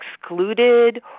excluded